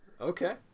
Okay